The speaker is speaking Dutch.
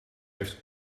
heeft